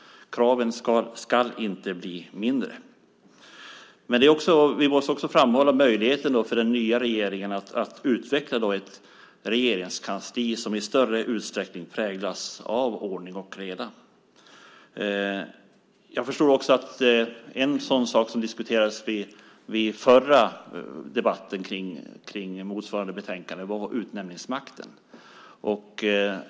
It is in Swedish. Kraven ska inte bli mindre. Vi måste också framhålla möjligheten för den nya regeringen att utveckla ett regeringskansli som i större utsträckning präglas av ordning och reda. Jag förstår också att en sådan sak som diskuterades vid den förra debatten om motsvarande betänkande var utnämningsmakten.